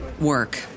work